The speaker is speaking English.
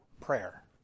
prayer